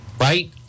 right